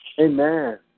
Amen